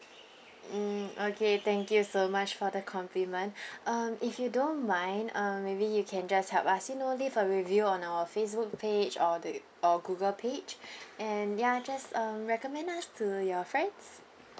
mm okay thank you so much for the compliment um if you don't mind uh maybe you can just help us you know leave a review on our Facebook page or the or Google page and ya just um recommend us to your friends